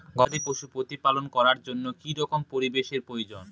গবাদী পশু প্রতিপালন করার জন্য কি রকম পরিবেশের প্রয়োজন?